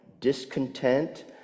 discontent